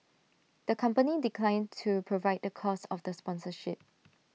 the company declined to provide the cost of the sponsorship